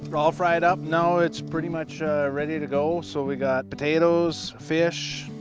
but all fried up, now it's pretty much ready to go. so we've got potatoes, fish,